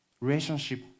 relationship